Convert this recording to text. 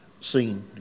seen